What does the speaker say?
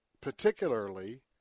particularly